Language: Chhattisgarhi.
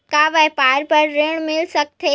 का व्यापार बर ऋण मिल सकथे?